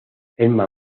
emma